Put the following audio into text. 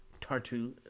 Tartu